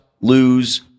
lose